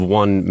one